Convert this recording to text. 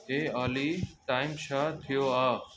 हे ऑली टाइम छा थियो आहे